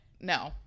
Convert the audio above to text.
no